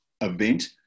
event